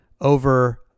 over